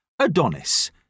Adonis